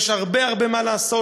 יש הרבה הרבה מה לעשות,